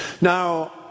Now